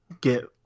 get